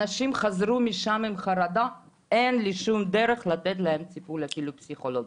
אנשים חזרו משם עם חרדה ואין לי שום דרך לתת להם טיפול אפילו פסיכולוגי.